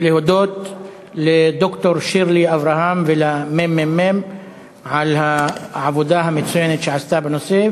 ולהודות לד"ר שירלי אברמי ולממ"מ על העבודה המצוינת שהיא עשתה בנושא,